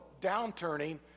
downturning